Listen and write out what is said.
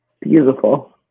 Beautiful